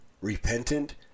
repentant